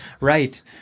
Right